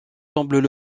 semblent